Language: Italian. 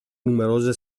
numerose